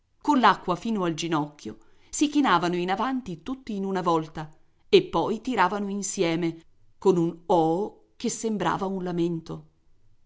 fila coll'acqua fino al ginocchio si chinavano in avanti tutti in una volta e poi tiravano insieme con un oooh che sembrava un lamento